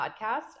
podcast